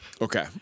Okay